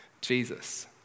Jesus